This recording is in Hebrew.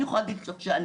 אני יכולה להגיד לך שאני,